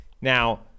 Now